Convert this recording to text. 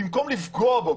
במקום לפגוע בו,